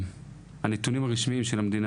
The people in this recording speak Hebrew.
הנתונים הרשמיים של המדינה,